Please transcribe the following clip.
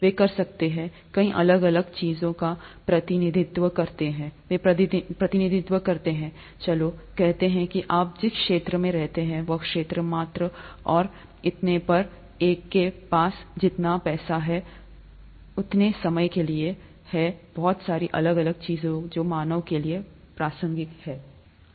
वे कर सकते हैं कई अलग अलग चीजों का प्रतिनिधित्व करते हैं वे प्रतिनिधित्व कर सकते हैं चलो कहते हैं कि आप जिस क्षेत्र में रहते हैं वह क्षेत्र मात्रा और इतने पर एक के पास जितना पैसा है उतने समय के लिए है बहुत सारी अलग अलग चीजें जो मानव के लिए प्रासंगिक हैं